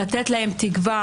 לתת להם תקווה,